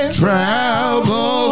travel